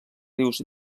rius